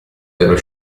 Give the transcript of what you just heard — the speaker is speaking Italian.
dello